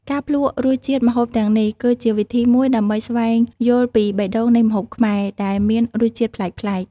ការភ្លក្សរសជាតិម្ហូបទាំងនេះ គឺជាវិធីមួយដើម្បីស្វែងយល់ពីបេះដូងនៃម្ហូបខ្មែរ ដែលមានរសជាតិប្លែកៗ។